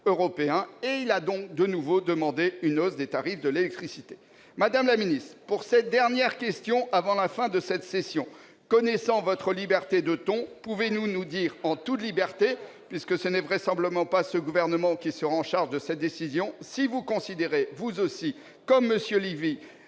et il a donc de nouveau demandé une hausse des tarifs de l'électricité. Madame la ministre, pour cette dernière question avant la fin de cette session, connaissant votre liberté de ton, pouvez-vous nous dire, en toute liberté puisque ce n'est vraisemblablement pas ce gouvernement qui sera chargé de cette décision, si vous considérez vous aussi, comme M. Lévy,